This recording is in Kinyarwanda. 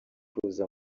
kuza